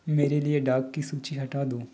मेरे लिए डॉग की सूची हटा दो